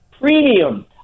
premium